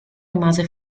rimase